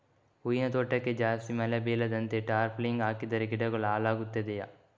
ಹೂವಿನ ತೋಟಕ್ಕೆ ಜಾಸ್ತಿ ಮಳೆ ಬೀಳದಂತೆ ಟಾರ್ಪಾಲಿನ್ ಹಾಕಿದರೆ ಗಿಡಗಳು ಹಾಳಾಗುತ್ತದೆಯಾ?